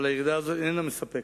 אבל ירידה זו איננה מספקת,